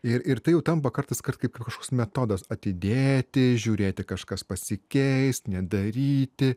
ir ir tai jau tampa kartais kart kaip kažkoks metodas atidėti žiūrėti kažkas pasikeis nedaryti